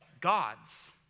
God's